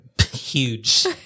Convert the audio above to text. huge